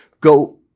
go